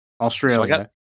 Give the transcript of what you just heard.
Australia